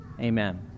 Amen